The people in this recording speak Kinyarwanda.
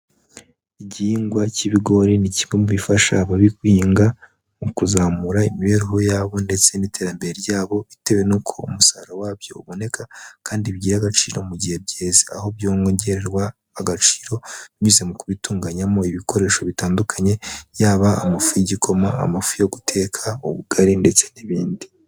Igihingwa cy'ibigori ni kimwe mu bifasha ababikwiga mu kuzamura imibereho yabo ndetse n'iterambere ryabo bitewe n'uko umusaruro wabyo uboneka kandi bigira agaciro mu gihe byeze, aho byongererwa agaciro binyuze mu kubitunganyamo ibikoresho bitandukanye, yaba amafu y'igikoma, amafu yo guteka ubugari ndetse n'ibindi.